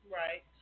right